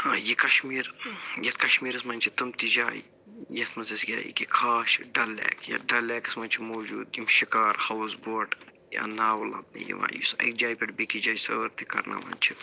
یہِ کَشمیٖر یَتھ کَشمیرَس منٛز چھِ تِم تہِ جایہِ یَتھ منٛز أسۍ یہِ ییٚکیٛاہ خاص چھِ ڈَل لیک یَتھ ڈَل لیکَس منٛز چھِ موجوٗد تِم شِکار ہاوُس بورٹ یا ناوٕ لَبنہٕ یِوان یُس اَکہِ جایہِ پٮ۪ٹھ بٮ۪کِس جایہِ سٲر تہِ کَرٕناوان چھِ